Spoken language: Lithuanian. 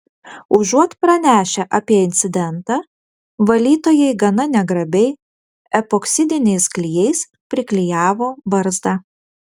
užuot pranešę apie incidentą valytojai gana negrabiai epoksidiniais klijais priklijavo barzdą